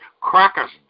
crackers